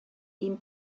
ihm